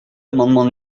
l’amendement